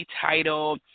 title